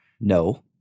No